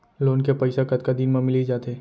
Loan के पइसा कतका दिन मा मिलिस जाथे?